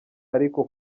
ariko